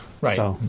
Right